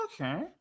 okay